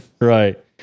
Right